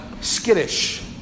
skittish